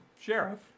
Sheriff